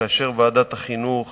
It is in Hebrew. כאשר ועדת החינוך